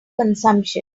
consumption